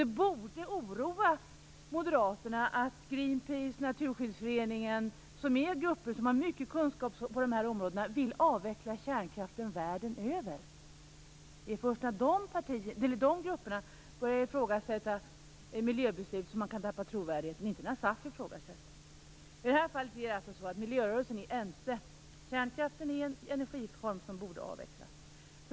Det borde oroa Moderaterna att Greenpeace och Naturskyddsföreningen, som är grupper med mycket kunskap på de här områdena, vill avveckla kärnkraften världen över. Det är först när de grupperna börjar ifrågasätta miljöbeslut som man kan tappa trovärdigheten, inte när SAF ifrågasätter. I det här fallet är miljörörelsen ense. Kärnkraften är en energiform som borde avvecklas.